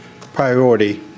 priority